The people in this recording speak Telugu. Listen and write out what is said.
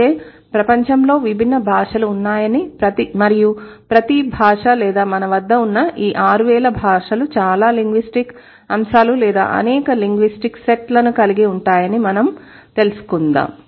అయితే ప్రపంచంలో విభిన్న భాషలు ఉన్నాయని మరియు ప్రతి భాష లేదా మన వద్ద ఉన్న ఈ 6000 భాషలు చాలా లింగ్విస్టిక్ అంశాలు లేదా అనేక లింగ్విస్టిక్ సెట్ లను కలిగి ఉంటాయని మనం తెలుసుకున్నాం